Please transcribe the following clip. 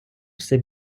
все